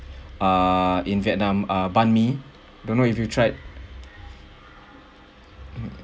err in vietnam uh banh mi don't know if you tried